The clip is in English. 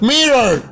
Mirror